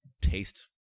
taste